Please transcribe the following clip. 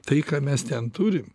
tai ką mes ten turim